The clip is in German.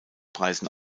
preisen